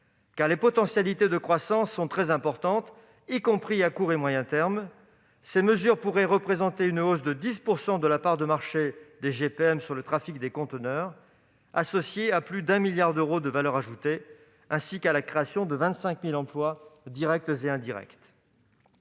Les potentialités de croissance sont très importantes, y compris à court et moyen termes. Ces mesures pourraient représenter une hausse de 10 % de la part de marché des grands ports maritimes sur le trafic de conteneurs, associée à plus d'un milliard d'euros de valeur ajoutée, ainsi qu'à la création de 25 000 emplois directs et indirects.